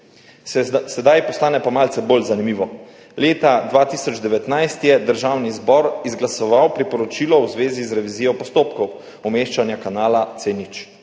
Sedaj postane pa malce bolj zanimivo. Leta 2019 je Državni zbor izglasoval priporočilo v zvezi z revizijo postopkov umeščanja kanala C0.